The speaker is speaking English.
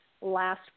last